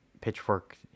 Pitchfork